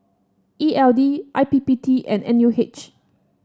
E L D I P P T and N U H